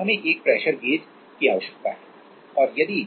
हमें एक pressure gauge की आवश्यकता है और यदि